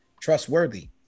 trustworthy